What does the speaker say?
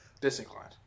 Disinclined